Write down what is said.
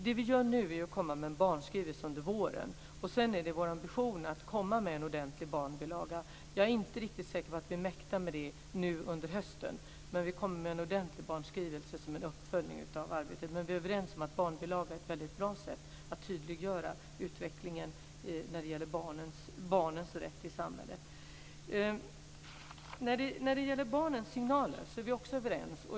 Det vi gör nu är att komma med en barnskrivelse under våren. Sedan är det vår ambition att komma med en ordentlig barnbilaga. Jag är inte riktigt säker på att vi mäktar med det nu under hösten. Vi kommer med en ordentlig barnskrivelse som en uppföljning av arbetet. Men vi är överens om att en barnbilaga är ett bra sätt att tydliggöra utvecklingen när det gäller barnens rätt i samhället. När det gäller barnens signaler är vi också överens.